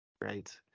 right